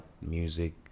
music